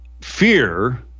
fear